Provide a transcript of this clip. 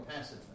passive